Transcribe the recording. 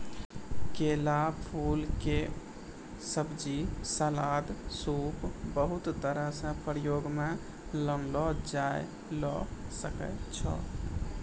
केला फूल के सब्जी, सलाद, सूप बहुत तरह सॅ प्रयोग मॅ लानलो जाय ल सकै छो